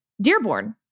Dearborn